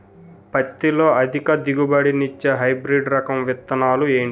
పత్తి లో అధిక దిగుబడి నిచ్చే హైబ్రిడ్ రకం విత్తనాలు ఏంటి